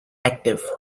active